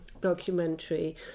Documentary